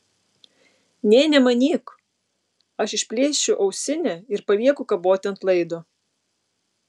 nė nemanyk aš išplėšiu ausinę ir palieku kaboti ant laido